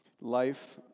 life